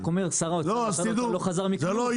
אני רק אומר, שר האוצר לא חזר מכלום.